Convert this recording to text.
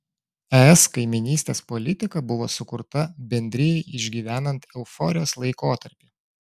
es kaimynystės politika buvo sukurta bendrijai išgyvenant euforijos laikotarpį